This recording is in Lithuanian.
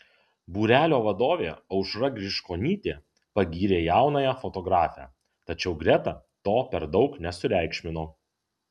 būrelio vadovė aušra griškonytė pagyrė jaunąją fotografę tačiau greta to per daug nesureikšmino